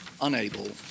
unable